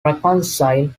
reconcile